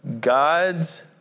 God's